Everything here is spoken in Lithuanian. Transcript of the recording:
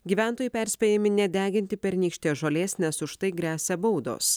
gyventojai perspėjami nedeginti pernykštės žolės nes už tai gresia baudos